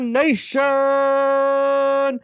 nation